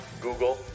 Google